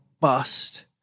bust